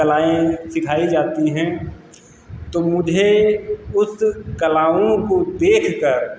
कलाएं सिखाई जाती हैं तो मुझे उस कलाओं को देख कर